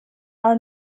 are